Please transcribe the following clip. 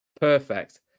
perfect